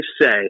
say